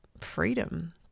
freedom